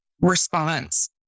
response